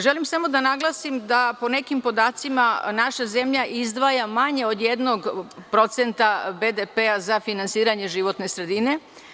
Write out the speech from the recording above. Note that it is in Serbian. Želim samo da naglasim da po nekim podacima naša zemlja izdvaja manje od 1% BDP za finansiranje životne sredine.